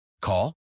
Call